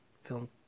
film